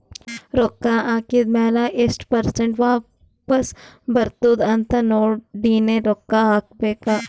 ರೊಕ್ಕಾ ಹಾಕಿದ್ ಮ್ಯಾಲ ಎಸ್ಟ್ ಪರ್ಸೆಂಟ್ ವಾಪಸ್ ಬರ್ತುದ್ ಅಂತ್ ನೋಡಿನೇ ರೊಕ್ಕಾ ಹಾಕಬೇಕ